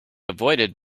avoided